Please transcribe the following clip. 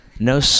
No